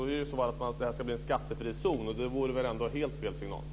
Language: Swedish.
I så fall skulle det här bli en skattefri zon, och det vore väl ändå helt fel signal.